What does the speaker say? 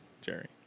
Jerry